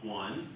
one